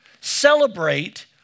Celebrate